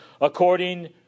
According